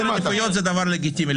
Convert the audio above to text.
סדר עדיפויות זה דבר לגיטימי.